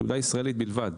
תעודה ישראלית בלבד,